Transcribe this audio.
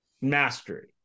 mastery